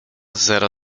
zero